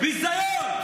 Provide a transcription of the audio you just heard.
ביזיון.